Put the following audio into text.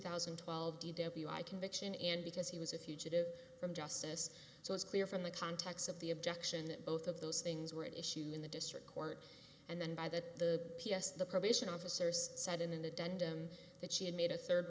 thousand and twelve d w i conviction and because he was a fugitive from justice so it's clear from the context of the objection that both of those things were at issue in the district court and then by the p s the probation officers said in an addendum that she had made a third